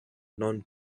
non